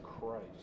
Christ